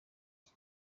iki